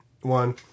one